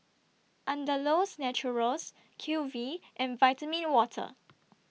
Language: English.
Andalou's Naturals Q V and Vitamin Water